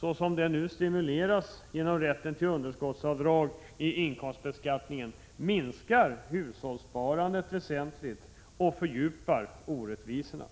såsom den stimuleras genom rätten till underskottsavdrag i inkomstbeskattningen, minskar hushållssparandet väsentligt och fördjupar orättvisorna.